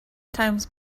times